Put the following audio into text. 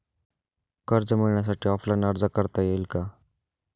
कर्ज मिळण्यासाठी ऑफलाईन अर्ज करता येईल का?